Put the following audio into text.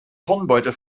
turnbeutel